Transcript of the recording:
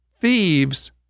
thieves